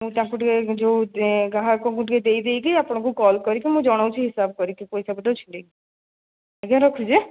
ତାଙ୍କୁ ଟିକିଏ ଯେଉଁ ଗ୍ରାହକଙ୍କୁ ଟିକିଏ ଦେଇ ଦେଇକି ଆପଣଙ୍କୁ କଲ୍ କରିକି ମୁଁ ଜଣାଉଛି ହିସାବ କରିକି ପଇସା ପତ୍ର ଛିଣ୍ଡେଇକି ଆଜ୍ଞା ରଖୁଛି ଆଁ